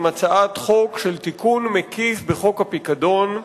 עם הצעת חוק של תיקון מקיף בחוק הפיקדון.